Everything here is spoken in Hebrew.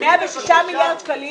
106 מיליארד שקלים,